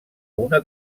una